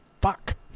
Fuck